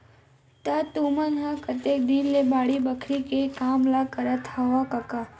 त तुमन ह कतेक दिन ले बाड़ी बखरी के काम ल करत हँव कका?